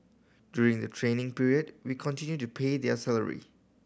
during the training period we continue to pay their salary